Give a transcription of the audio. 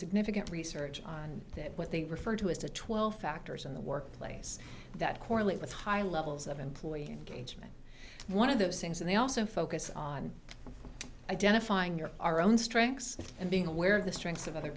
significant research on what they refer to as the twelfth factors in the workplace that correlate with high levels of employee engagement one of those things and they also focus on identifying your our own strengths and being aware of the strengths of other